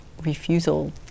refusal